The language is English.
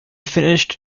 finished